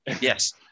Yes